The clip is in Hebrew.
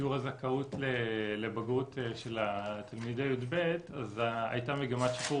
שיעור הזכאות לבגרות של תלמידי י"ב הייתה מגמת שיפור